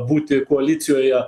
būti koalicijoje